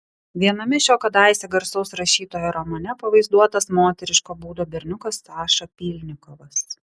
viename šio kadaise garsaus rašytojo romane pavaizduotas moteriško būdo berniukas saša pylnikovas